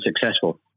successful